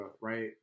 right